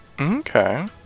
Okay